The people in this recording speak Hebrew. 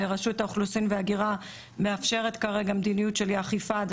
רשות האוכלוסין וההגירה מאפשרת כרגע מדיניות של אי אכיפה עד